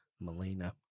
Melina